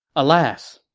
alas,